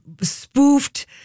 spoofed